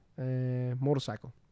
motorcycle